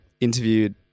interviewed